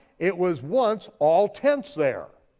it was once all tents there.